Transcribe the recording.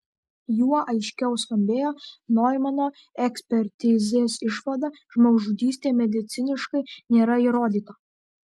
juo aiškiau skambėjo noimano ekspertizės išvada žmogžudystė mediciniškai nėra įrodyta